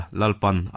lalpan